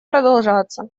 продолжаться